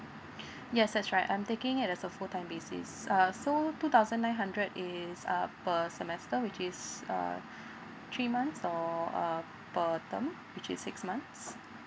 yes that's right I'm taking it as a full time basis err so two thousand nine hundred is um per semester which is uh three months or uh per term which is six months